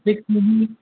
graphics में बि